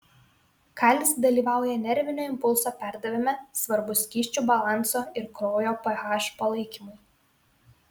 kalis dalyvauja nervinio impulso perdavime svarbus skysčių balanso ir kraujo ph palaikymui